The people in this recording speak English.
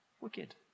wicked